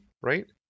right